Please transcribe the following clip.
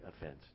offense